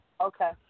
Okay